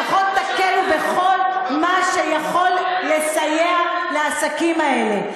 לפחות תקלו בכל מה שיכול לסייע לעסקים האלה.